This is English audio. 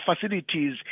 facilities